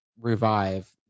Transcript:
revive